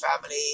family